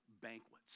banquets